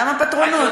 למה פטרונות?